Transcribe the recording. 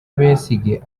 besigye